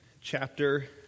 chapter